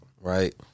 right